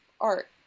art